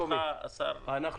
ברשותך, אני צריך לעזוב.